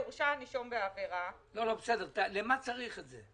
"הורשע הנישום בעבירה" -- למה צריך את זה?